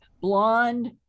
blonde